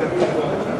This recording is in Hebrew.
נתקבלה.